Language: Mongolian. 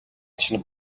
чинь